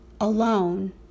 alone